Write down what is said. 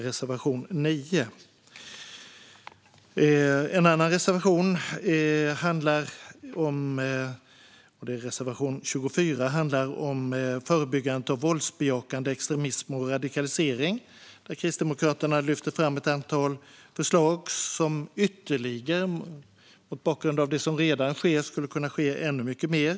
Detta är reservation 9. Reservation 24 handlar om förebyggandet av våldsbejakande extremism och radikalisering, där Kristdemokraterna lyfter fram ett antal förslag som ytterligare, mot bakgrund av det som redan sker, skulle kunna ske ännu mycket mer.